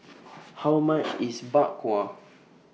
How much IS Bak Kwa